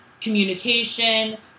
communication